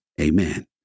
Amen